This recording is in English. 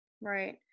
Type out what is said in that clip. Right